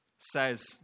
says